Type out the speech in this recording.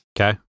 Okay